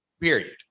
period